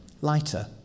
lighter